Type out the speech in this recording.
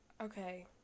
okay